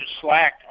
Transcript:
slack